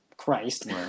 christ